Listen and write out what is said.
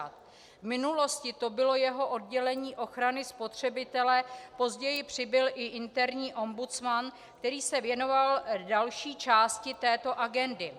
V minulosti to bylo jeho oddělení ochrany spotřebitele, později přibyl i interní ombudsman, který se věnoval další části této agendy.